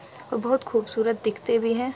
اور بہت خوبصورت دکھتے بھی ہیں